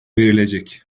verilecek